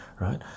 right